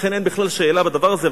לכן אין בכלל שאלה בדבר הזה.